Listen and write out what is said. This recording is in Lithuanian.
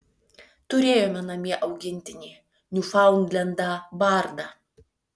turėjome namie augintinį niufaundlendą bardą